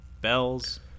bells